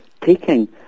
taking